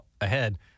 ahead